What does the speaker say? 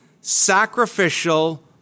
sacrificial